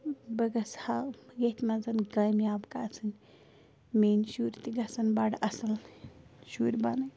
بہٕ گَژھ ہا ییٚتھۍ منٛز کامیاب گَژھٕنۍ میٛٲنۍ شُرۍ تہِ گَژھن بَڑٕ اَصٕل شُرۍ بَنٕںۍ